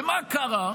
ומה קרה?